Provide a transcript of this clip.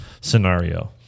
scenario